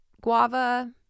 guava